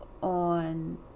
on